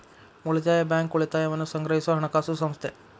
ಉಳಿತಾಯ ಬ್ಯಾಂಕ್, ಉಳಿತಾಯವನ್ನ ಸಂಗ್ರಹಿಸೊ ಹಣಕಾಸು ಸಂಸ್ಥೆ